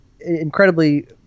incredibly